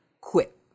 quit